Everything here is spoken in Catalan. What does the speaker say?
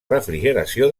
refrigeració